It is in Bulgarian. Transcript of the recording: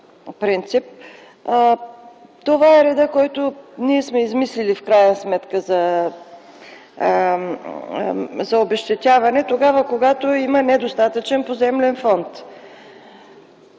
принцип. Това е редът, който ние сме измислили в крайна сметка за обезщетяване, когато има недостатъчен поземлен фонд.